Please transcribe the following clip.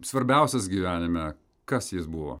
svarbiausias gyvenime kas jis buvo